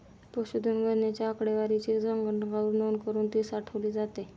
पशुधन गणनेच्या आकडेवारीची संगणकावर नोंद करुन ती साठवली जाते